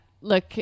Look